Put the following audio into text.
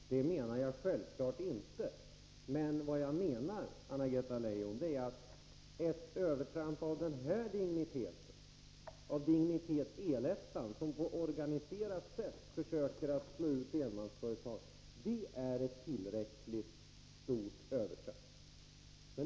Herr talman! Det menar jag självfallet inte. Vad jag menar, Anna-Greta Leijon, är att ett övertramp av dignitet El-ettan, som på ett organiserat sätt försöker slå ut enmansföretag, är ett tillräckligt stort övertramp.